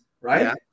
right